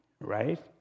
right